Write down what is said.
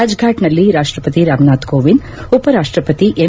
ರಾಜ್ಫಾಟ್ನಲ್ಲಿ ರಾಷ್ಟ್ರಪತಿ ರಾಮನಾಥ್ ಕೋವಿಂದ್ ಉಪರಾಷ್ಟ್ರಪತಿ ಎಂ